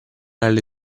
alle